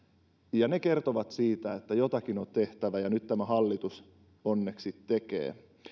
ja ne kertovat siitä että jotakin on tehtävä ja nyt tämä hallitus onneksi tekee